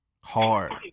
hard